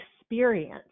experience